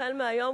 החל מהיום,